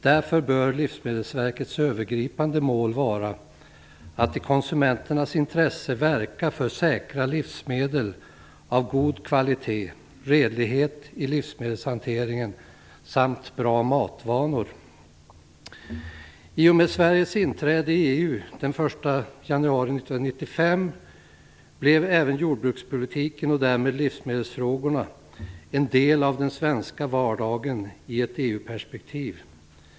Därför bör Livsmedelsverkets övergripande mål vara att i konsumenternas intresse verka för säkra livsmedel av god kvalitet, redlighet i livsmedelshanteringen samt bra matvanor. 1995 blev även jordbrukspolitiken, och därmed livsmedelsfrågorna, en del av den svenska vardagen i ett EU-perspektiv.